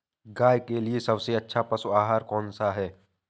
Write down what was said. गाय के लिए सबसे अच्छा पशु आहार कौन सा है?